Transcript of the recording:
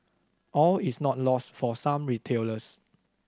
all is not lost for some retailers